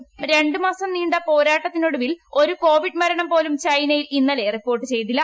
ഇതേസമയം രണ്ടു മാസം നീണ്ട പോരാട്ടത്തിനൊടുവിൽ ഒരു കോവിഡ് മരണം പോലും ചൈനയിൽ ഇന്നലെ റിപ്പോർട്ട് ചെയ്തില്ല